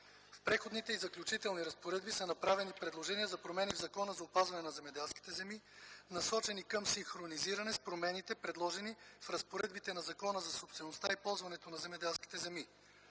В Преходните и заключителни разпоредби са направени предложения за промени в Закона за опазването на земеделските земи, насочени към синхронизиране с промените, предложени в разпоредбите на Закона за собствеността и ползването на земеделските земи.